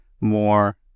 more